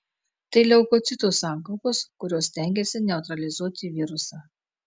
tai leukocitų sankaupos kurios stengiasi neutralizuoti virusą